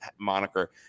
moniker